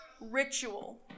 ritual